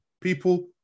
People